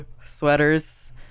sweaters